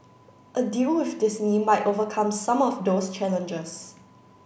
a deal with Disney might overcome some of those challenges